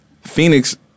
Phoenix